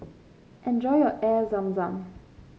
enjoy your Air Zam Zam